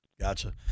Gotcha